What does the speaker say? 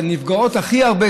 שנפגעות הכי הרבה,